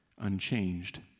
unchanged